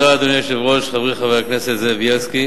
אדוני היושב-ראש, תודה, חברי חבר הכנסת בילסקי,